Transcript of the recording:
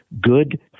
good